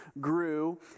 grew